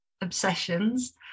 obsessions